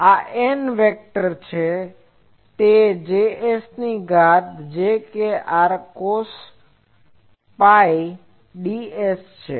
આ એન એક વેક્ટર છે તે Js e ની ઘાત j kr' cos psi ds છે